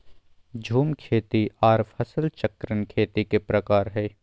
झूम खेती आर फसल चक्रण खेती के प्रकार हय